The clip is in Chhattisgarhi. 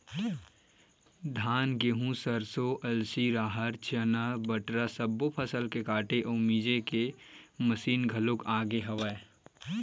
धान, गहूँ, सरसो, अलसी, राहर, चना, बटरा सब्बो फसल के काटे अउ मिजे के मसीन घलोक आ गे हवय